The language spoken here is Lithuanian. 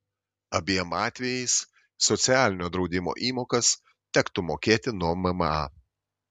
abiem atvejais socialinio draudimo įmokas tektų mokėti nuo mma